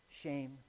shame